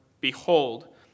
Behold